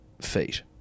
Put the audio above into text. feet